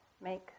make